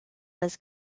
was